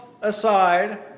aside